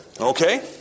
okay